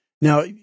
now